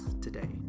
today